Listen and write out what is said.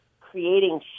creating